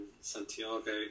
Santiago